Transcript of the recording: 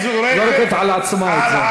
היא זורקת על עצמה את זה.